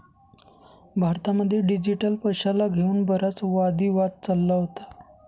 भारतामध्ये डिजिटल पैशाला घेऊन बराच वादी वाद चालला होता